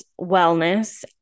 wellness